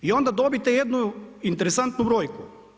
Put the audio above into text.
I onda dobite jednu interesantnu brojku.